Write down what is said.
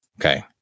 Okay